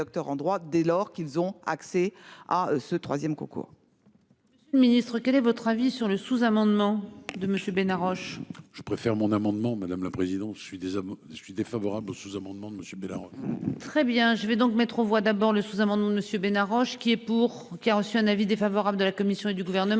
concours. Ministre quel est votre avis sur le sous-amendement de monsieur Bena Roche. Je préfère mon amendement madame la présidente. Je suis des je suis défavorable au sous-amendement de monsieur. Très bien je vais donc mettre aux voix d'abord le sous-amendement de monsieur Bena Roche qui est pour qui a reçu un avis défavorable de la commission et du gouvernement